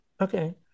Okay